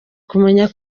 kumenya